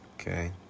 Okay